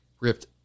ripped